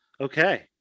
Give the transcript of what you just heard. okay